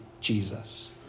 Jesus